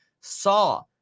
saw